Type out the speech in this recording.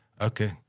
Okay